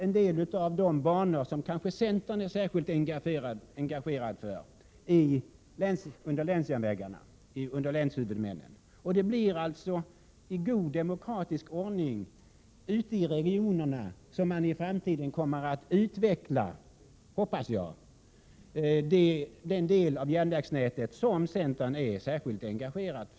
En del av de banor som kanske centern är särskilt intresserad för har överförts till länshuvudmännen. Det är alltså ute i regionerna som man i framtiden kommer att i god demokratisk ordning utveckla — det hoppas jag — den del av järnvägsnätet som centern är särskilt engagerad i.